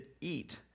eat